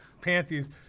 panties